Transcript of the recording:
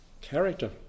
character